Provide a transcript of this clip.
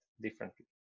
differently